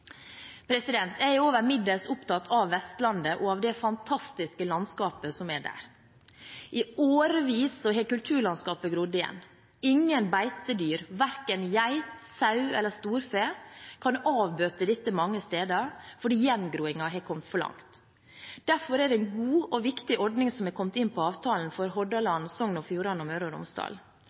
Jeg er over middels opptatt av Vestlandet og av det fantastiske landskapet som er der. I årevis har kulturlandskapet grodd igjen. Ingen beitedyr, verken geit, sau eller storfe, kan avbøte dette mange steder, fordi gjengroingen har kommet for langt. Derfor er det en god og viktig ordning som har kommet inn på avtalen for Hordaland, Sogn og Fjordane og Møre og Romsdal.